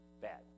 bad